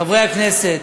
חברי חברי הכנסת,